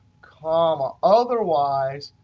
comma. otherwise,